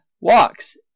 walks